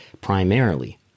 primarily